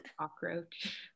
cockroach